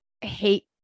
hate